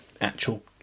actual